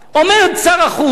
עומד שר החוץ,